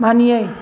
मानियै